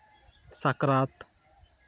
ᱥᱟᱠᱨᱟᱛ